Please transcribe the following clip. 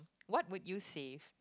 what would you save